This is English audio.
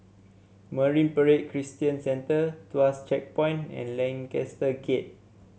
Marine Parade Christian Centre Tuas Checkpoint and Lancaster Gate